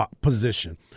position